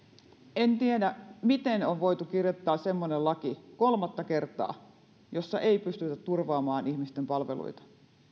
en tiedä miten on voitu kirjoittaa semmoinen laki kolmatta kertaa jossa ei pystytä turvaamaan ihmisten palveluita